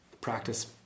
practice